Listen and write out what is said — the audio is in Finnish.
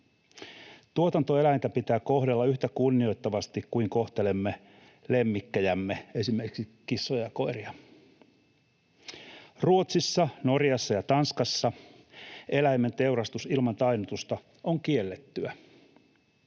Tuotantoeläintä pitää kohdella yhtä kunnioittavasti kuin kohtelemme lemmikkejämme, esimerkiksi kissoja ja koiria. Ruotsissa, Norjassa ja Tanskassa eläimen teurastus ilman tainnutusta on kiellettyä.